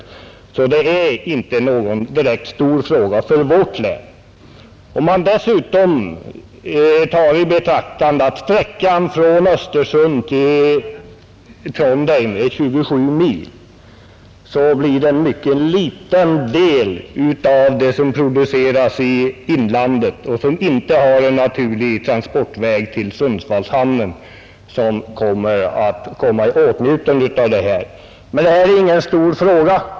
Det är alltså inte precis någon stor fråga för vårt län. Om man dessutom tar i betraktande att sträckan från Östersund till Trondheim är 27 mil, så finner man att det blir en mycket liten del av det som produceras i inlandet och som inte har en naturlig transportväg till Sundsvallshamnen som kommer i åtnjutande av stödet. — Men detta är, som sagt, ingen stor fråga.